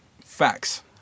Facts